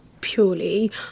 purely